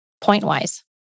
point-wise